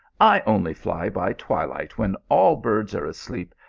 i only fly by twilight when all birds are asleep,